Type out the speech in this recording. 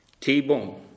t-bone